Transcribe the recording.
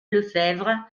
lefebvre